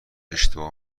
اشتباه